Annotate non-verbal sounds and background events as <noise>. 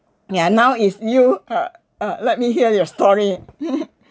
ya now is you uh uh let me hear your story <laughs>